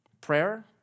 Prayer